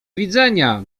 widzenia